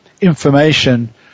information